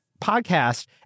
podcast